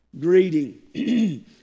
greeting